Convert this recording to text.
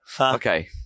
Okay